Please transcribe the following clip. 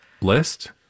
list